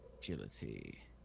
Agility